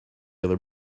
other